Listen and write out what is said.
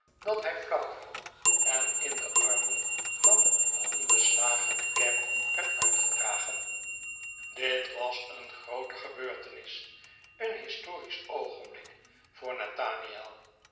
dat hij flauw viel en in de armen van den hondenslager de kerk werd uitgedragen jonge liefde dit was een groote gebeurtenis een historisch oogenblik voor nathaniel